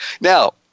Now